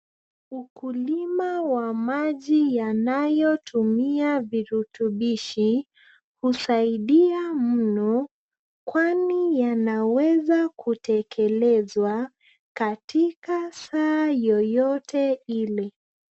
Ukulima wa maji yanayotumia virutubishi husaidia mno kwani yanaweza kutekelezwa katika saa yoyote ile.